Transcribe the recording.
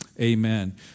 amen